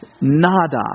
nada